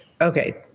okay